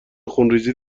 خونریزی